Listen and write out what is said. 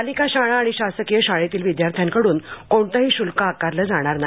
पालिका शाळा आणि शासकीय शाळेतील विद्यार्थ्याकड्न कोणतेही शुल्क आकारले जाणार नाही